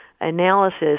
analysis